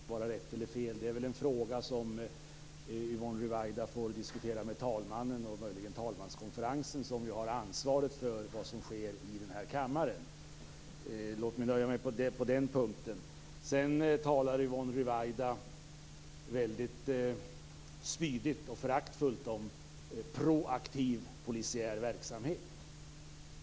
Herr talman! Jag kan självfallet inte uttala mig om vad som hände på läktaren och om det var rätt eller fel. Det är en fråga som Yvonne Ruwaida får diskutera med talmannen, och möjligen talmanskonferensen, som har ansvaret för vad som sker i kammaren. Yvonne Ruwaida talar väldigt spydigt och föraktfullt om proaktiv polisiär verksamhet.